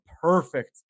perfect